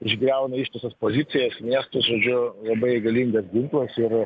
išgriauna ištisas pozicijas miestus žodžiu labai galingas ginklas yra